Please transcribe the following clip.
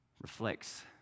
reflects